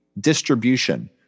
distribution